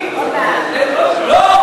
למה לא